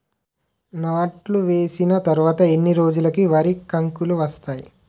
నాట్లు వేసిన తర్వాత ఎన్ని రోజులకు వరి కంకులు వస్తాయి?